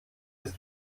ist